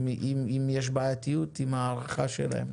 אם יש בעייתיות עם ההערכה שלהן.